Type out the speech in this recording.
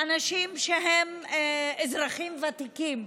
אנשים שהם אזרחים ותיקים,